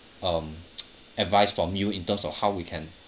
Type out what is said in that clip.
um advice from you in terms of how we can